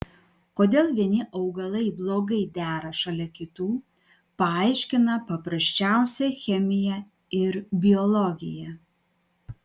kodėl vieni augalai blogai dera šalia kitų paaiškina paprasčiausia chemija ir biologija